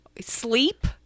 Sleep